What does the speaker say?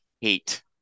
hate